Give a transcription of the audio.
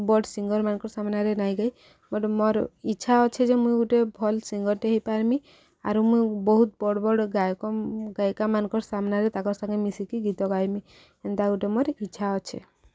ବଡ଼ ସିଙ୍ଗରମାନଙ୍କର ସାମ୍ନାରେ ନାଇଁ ଗାଇ ଗୋଟେ ମୋର ଇଚ୍ଛା ଅଛେ ଯେ ମୁଇଁ ଗୋଟେ ଭଲ୍ ସିଙ୍ଗରଟେ ହେଇପାରମି ଆରୁ ମୁଇଁ ବହୁତ ବଡ଼ ବଡ଼ ଗାୟକ ଗାୟିକାମାନଙ୍କର ସାମ୍ନାରେ ତାଙ୍କର ସାଙ୍ଗେ ମିଶିକି ଗୀତ ଗାଇମି ଏନ୍ତା ଗୋଟେ ମୋର ଇଚ୍ଛା ଅଛେ